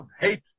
hate